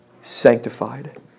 sanctified